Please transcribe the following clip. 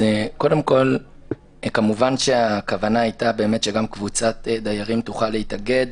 קודם כול כמובן שהכוונה הייתה שגם קבוצת דיירים תוכל להתאגד,